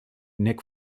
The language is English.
nick